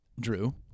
Drew